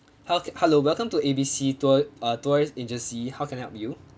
hell~ hello welcome to A B C tour~ uh tourist agency how can I help you